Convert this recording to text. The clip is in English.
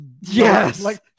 Yes